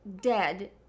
dead